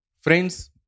Friends